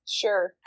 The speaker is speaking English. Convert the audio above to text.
sure